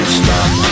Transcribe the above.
stop